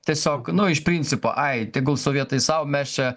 tiesiog nu iš principo ai tegul sovietai sau mes čia